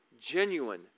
genuine